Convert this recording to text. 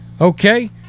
Okay